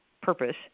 purpose